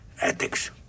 Ethics